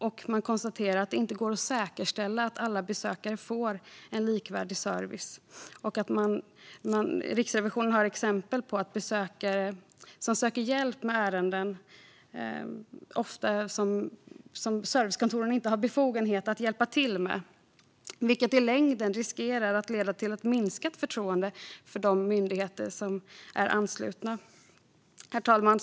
Riksrevisionen konstaterade också att det inte går att säkerställa att alla besökare får likvärdig service och gav exempel på att besökare ofta söker hjälp med ärenden som servicekontoren inte har befogenhet att hjälpa till med. I längden riskerar det att leda till minskat förtroende för de myndigheter som är anslutna. Herr talman!